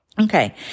Okay